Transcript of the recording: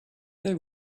they